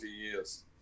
years